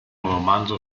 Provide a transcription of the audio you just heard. romanzo